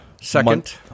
second